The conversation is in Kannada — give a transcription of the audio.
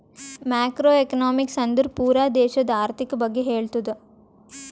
ಮ್ಯಾಕ್ರೋ ಎಕನಾಮಿಕ್ಸ್ ಅಂದುರ್ ಪೂರಾ ದೇಶದು ಆರ್ಥಿಕ್ ಬಗ್ಗೆ ಹೇಳ್ತುದ